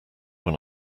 when